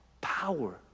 power